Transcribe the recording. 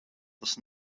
tas